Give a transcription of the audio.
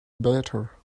better